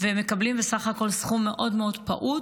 והם מקבלים בסך הכול סכום מאוד פעוט,